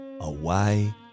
away